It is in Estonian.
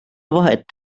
vahet